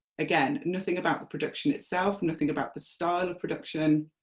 again, nothing about the production itself, nothing about the style of production,